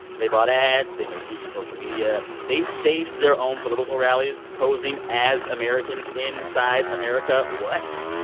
they bought ads. they made groups on social media. they staged their own political rallies posing as americans inside america. what?